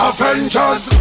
Avengers